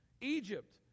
Egypt